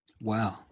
Wow